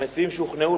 המציעים שוכנעו,